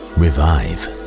revive